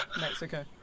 Mexico